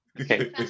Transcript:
Okay